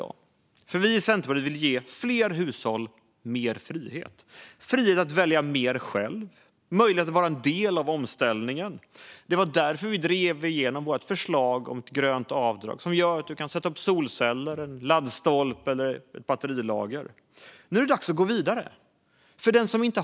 Centerpartiet vill nämligen ge fler hushåll mer frihet - frihet att välja mer själva och vara en del av omställningen. Det var därför vi drev igenom vårt förslag om grönt avdrag, som gör att man kan sätta upp solceller eller laddstolpar eller installera ett batterilager. Nu är det dags att gå vidare.